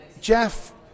Jeff